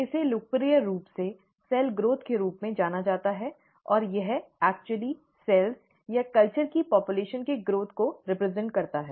इसे लोकप्रिय रूप से सेल ग्रोथ के रूप में जाना जाता है और यह वास्तव में सेल्स या कल्चर की आबादी के ग्रोथ का प्रतिनिधित्व करता है